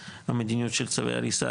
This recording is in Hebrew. שמגיעים, מה המדיניות של צווי ההריסה?